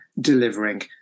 delivering